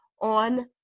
on